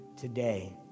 today